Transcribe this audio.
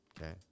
Okay